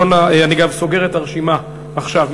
אני גם סוגר את הרשימה עכשיו.